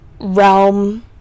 realm